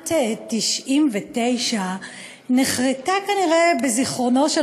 ששנת 1999 נחרתה כנראה בזיכרונו של